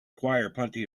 plenty